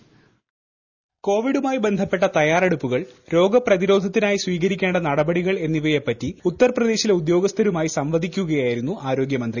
്റ്റ്റ്റിസ് കോവിഡുമായി ബന്ധുപ്പെട്ട തയ്യാറെടുപ്പുകൾ രോഗപ്രതിരോധ ത്തിനായി സ്വീകരിക്കേണ്ട് നടപടികൾ എന്നിവയെപ്പറ്റി ഉത്തർ പ്രദേശിലെ ഉദ്യോഗ്സ്ഥരുമായി സംവദിക്കുകയായിരുന്നു ആരോഗൃമന്ത്രി